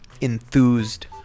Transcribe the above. enthused